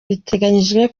biteganyijwe